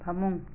ꯐꯃꯨꯡ